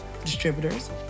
distributors